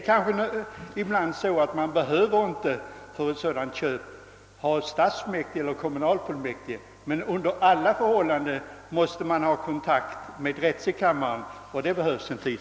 Ibland behöver man för ett sådant köp, när det gäller en mindre summa, kanske inte ha ett stadsfullmäktigeller kommunalfullmäktigsammanträde, men man måste alltid ha kontakt med drätselkammaren, och för det krävs det tid.